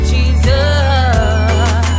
Jesus